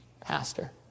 Pastor